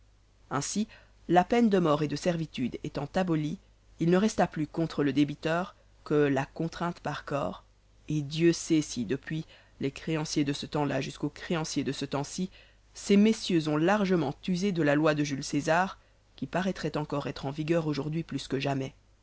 ainsi la peine de mort et de servitude étant abolie il ne resta plus contre le débiteur que la contrainte par corps et dieu sait si depuis les créanciers de ce temps là jusqu'aux créanciers de ce temps-ci ces messieurs ont largement usé de la loi de jules césar qui paraîtrait encore être en vigueur aujourd'hui plus que jamais